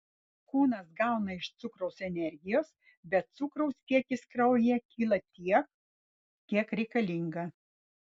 kūnas gauna iš cukraus energijos bet cukraus kiekis kraujyje kyla tiek kiek reikalinga